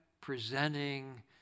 presenting